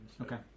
Okay